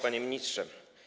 Panie Ministrze!